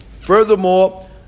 Furthermore